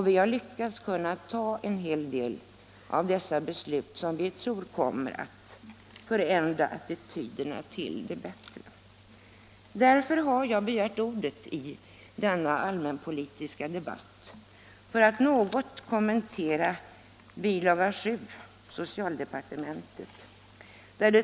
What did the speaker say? Vi har lyckats fatta en hel del beslut, som vi tror kommer att förändra attityderna till det bättre. Jag har begärt ordet i denna allmänpolitiska debatt för att något kommentera bilaga 7 i budgetpropositionen, som berör socialdepartementets verksamhetsområde.